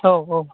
औ औ